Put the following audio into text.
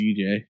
DJ